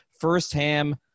firsthand